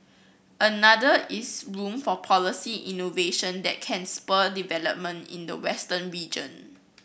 another is room for policy innovation that can spur development in the western region